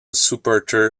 supporter